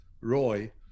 Roy